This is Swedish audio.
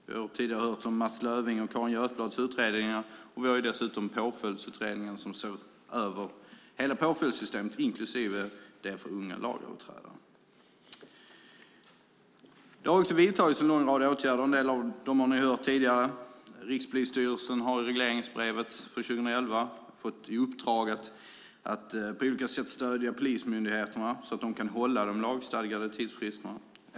Vi har tidigare hört om Mats Löfvings och Carin Götblads utredningar, och vi har dessutom Påföljdsutredningen som ser över hela påföljdssystemet inklusive det för unga lagöverträdare. Det har också vidtagits en lång rad åtgärder, och en del av dem har ni hört om tidigare. Rikspolisstyrelsen har i regleringsbrevet för 2011 fått i uppdrag att på olika sätt stödja polismyndigheterna så att de kan hålla de lagstadgade tidsfristerna.